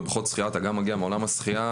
בבריכות שחייה אתה גם מגיע מעולם השחייה,